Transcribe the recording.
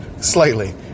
Slightly